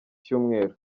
cyumweru